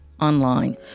online